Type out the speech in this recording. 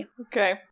Okay